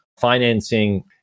financing